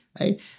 right